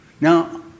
Now